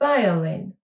Violin